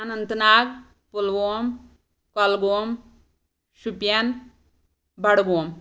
اَنَنٛت Nag Pulwama Kulgam Shopian Budgam